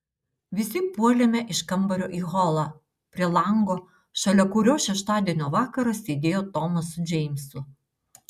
visi puolėme iš kambario į holą prie lango šalia kurio šeštadienio vakarą sėdėjo tomas su džeimsu